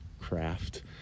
craft